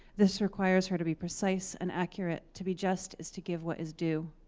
this requires her to be precise and accurate. to be just as to give what is due.